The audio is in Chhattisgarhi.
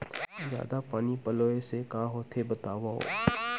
जादा पानी पलोय से का होथे बतावव?